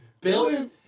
built